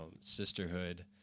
sisterhood